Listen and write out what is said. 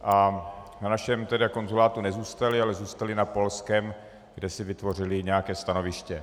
Na našem konzulátu nezůstali, ale zůstali na polském, kde si vytvořili nějaké stanoviště.